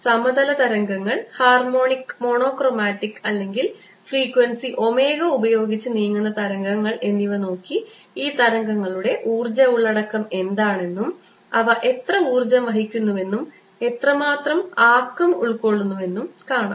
അതിനാൽ സമതല തരംഗങ്ങൾ ഹാർമോണിക് മോണോ ക്രോമാറ്റിക് അല്ലെങ്കിൽ ഫ്രീക്വൻസി ഒമേഗ ഉപയോഗിച്ച് നീങ്ങുന്ന തരംഗങ്ങൾ എന്നിവ നോക്കി ഈ തരംഗങ്ങളുടെ ഊർജ്ജ ഉള്ളടക്കം എന്താണെന്നും അവ എത്ര ഊർജ്ജം വഹിക്കുന്നുവെന്നും എത്രമാത്രം ആക്കം ഉൾക്കൊള്ളുന്നുവെന്നും കാണാം